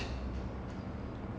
memorable meal ah